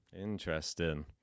Interesting